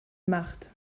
macht